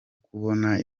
kubona